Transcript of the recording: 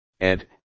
Ed